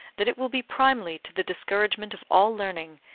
that it will be primely to the discouragement of all learning,